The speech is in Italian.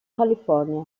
california